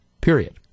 period